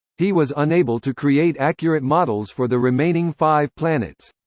he was unable to create accurate models for the remaining five planets.